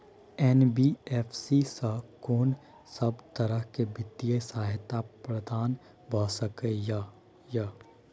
NBFC स कोन सब तरह के वित्तीय सहायता प्रदान भ सके इ? इ